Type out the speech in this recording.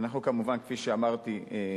אנחנו כמובן, כפי שאמרתי,